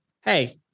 Hey